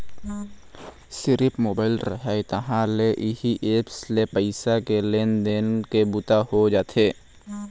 सिरिफ मोबाईल रहय तहाँ ले इही ऐप्स ले पइसा के लेन देन के बूता हो जाथे